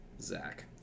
zach